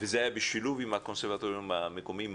זה היה בשילוב עם הקונסרבטוריון המקומי.